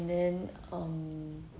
and then um